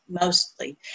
mostly